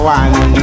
one